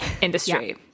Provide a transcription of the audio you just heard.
industry